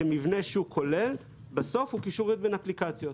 כמבנה שוק כולל, בסוף הוא קישוריות בין אפליקציות.